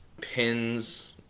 pins